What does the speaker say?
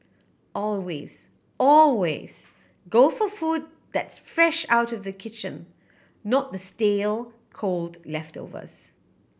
always always go for food that's fresh out of the kitchen not the stale cold leftovers